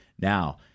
Now